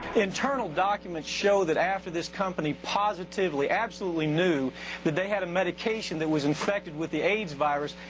internal documents show that after this company positively absolutely knew that they had a medication that was infected with the aids virus,